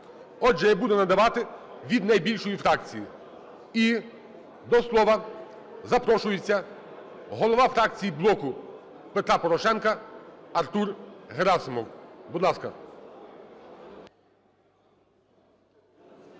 Отже, я буду надавати від найбільшої фракції. І до слова запрошується голова фракції "Блоку Петра Порошенка" Артур Герасимов. Будь ласка.